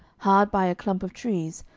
hard by a clump of trees,